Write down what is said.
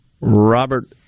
Robert